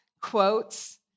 quotes